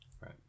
right